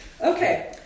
Okay